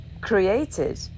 created